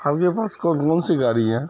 آپ کے پاس کون کون سی گاڑی ہیں